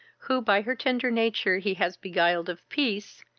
who, by her tender nature, he has beguiled of peace,